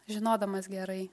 žinodamas gerai